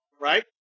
right